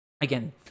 again